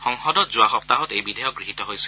সংসদত যোৱা সপ্তাহত এই বিধেয়ক গৃহীত হৈছিল